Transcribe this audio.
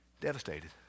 devastated